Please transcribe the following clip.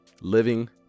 living